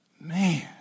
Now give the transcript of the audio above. Man